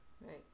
right